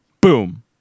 Boom